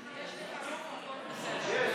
יש לך רוב, הכול בסדר.